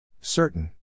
Certain